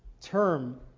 term